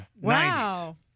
Wow